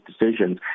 decisions